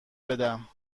بدم